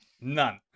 none